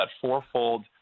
fourfold